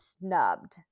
snubbed